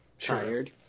tired